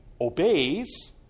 obeys